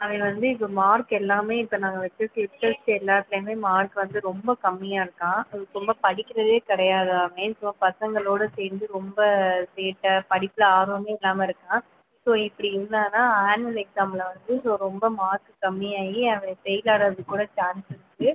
அவன் வந்து இப்போ மார்க் எல்லாமே இப்போ நாங்கள் வைச்ச டெஸ்ட்டஸ் எல்லாத்திலையுமே மார்க் வந்து ரொம்ப கம்மியாக இருக்கான் ரொம்ப படிக்கிறதே கிடையாதமே சும்மா பசங்களோடு சேர்ந்து ரொம்ப சேட்டை படிப்பில் ஆர்வமே இல்லாமல் இருக்கான் ஸோ இப்படி இருந்தான்னால் ஆன்வல் எக்ஸாமில் வந்து ஸோ ரொம்ப மார்க்கு கம்மியாகி அவன் ஃபெயில் ஆகிறதுக்கு கூட சான்ஸ் இருக்குது